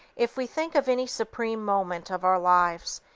if we think of any supreme moment of our lives,